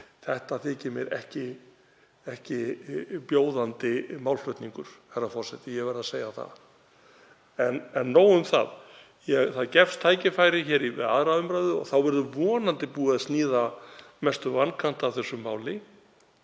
Það þykir mér ekki bjóðandi málflutningur, herra forseti, ég verð að segja það. En nóg um það. Tækifæri gefst hér við 2. umr., og þá verður vonandi búið að sníða mestu vankantana af þessu máli,